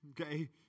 okay